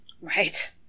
Right